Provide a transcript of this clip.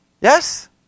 Yes